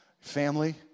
family